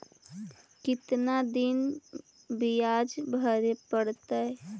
कितना दिन बियाज भरे परतैय?